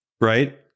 Right